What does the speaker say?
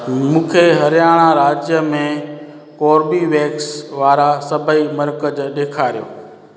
मूंखे हरियाणा राज्य में कोर्बीवेक्स वारा सभई मर्कज ॾेखारियो